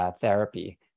therapy